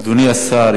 אדוני השר,